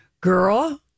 girl